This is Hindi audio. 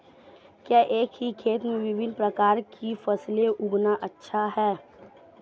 क्या एक ही खेत में विभिन्न प्रकार की फसलें उगाना अच्छा है?